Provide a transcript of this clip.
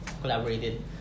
collaborated